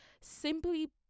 simply